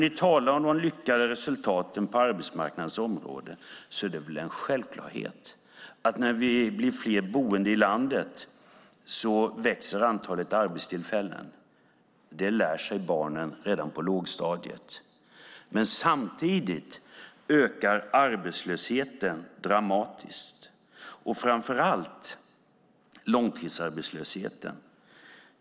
Ni talar om de lyckade resultaten på arbetsmarknadens område. Det är självklart att med fler boende i landet växer antalet arbetstillfällen. Det lär sig barnen redan på lågstadiet. Samtidigt ökar arbetslösheten dramatiskt, framför allt långtidsarbetslösheten.